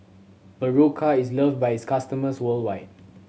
Berocca is love by its customers worldwide